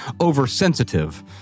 oversensitive